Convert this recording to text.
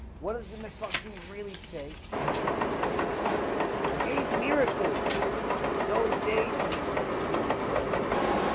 what does the massaging really say it says no no no he made miracles in those days and he's still doing them right now